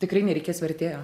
tikrai nereikės vertėjo